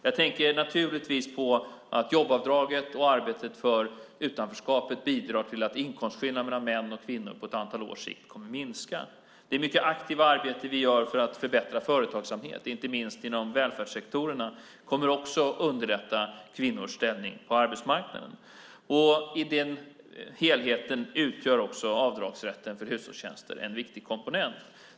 Jag tänker naturligtvis på att jobbavdraget och arbetet mot utanförskapet bidrar till att inkomstskillnader mellan män och kvinnor på ett antal års sikt kommer att minska. Det mycket aktiva arbete vi gör för att förbättra företagsamhet, inte minst inom välfärdssektorerna, kommer också att underlätta kvinnors ställning på arbetsmarknaden. I den helheten utgör också avdragsrätten för hushållstjänster en viktig komponent.